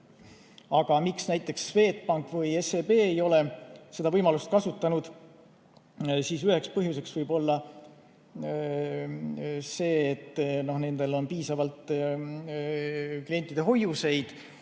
Aga miks näiteks Swedbank või SEB ei ole seda võimalust kasutanud? Üks põhjus võib olla see, et nendel on piisavalt klientide hoiuseid.